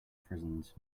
prisons